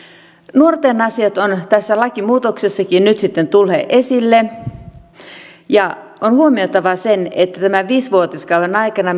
nuorten asiat ovat tässä lakimuutoksessakin nyt sitten tulleet esille ja on huomioitava se että tämän viisivuotiskauden aikana